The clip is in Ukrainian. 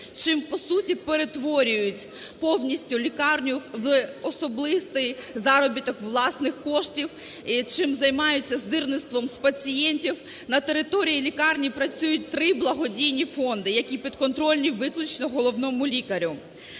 чим, по суті, перетворюють повністю лікарню в особистий заробіток власних коштів, чим займаються – здирництвом з пацієнтів. На території лікарні працюють три благодійні фонди, які підконтрольні виключно головному лікарю.